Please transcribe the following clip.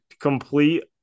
complete